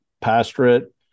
Pastorate